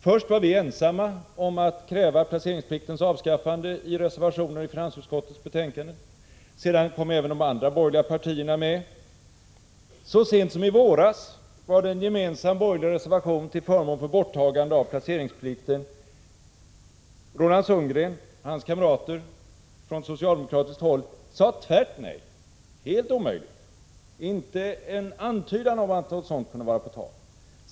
Först var vi ensamma om att kräva placeringspliktens avskaffande i reservationer till finansutskottets betänkande. Sedan kom även de andra borgerliga partierna med. Så sent som i våras var det en gemensam borgerlig reservation till förmån för borttagande av placeringsplikten. Roland Sundgren och hans kamrater från socialdemokratiskt håll sade tvärt nej — helt omöjligt, inte en antydan om att något sådant kunde vara på tal.